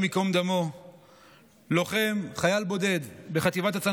שמגיע בהסכמה